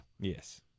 yes